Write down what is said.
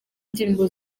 ndirimbo